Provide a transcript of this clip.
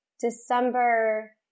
December